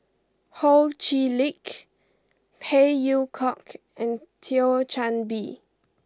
Ho Chee Lick Phey Yew Kok and Thio Chan Bee